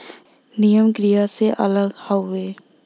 नियम किराया से अलग हउवे